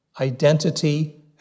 identity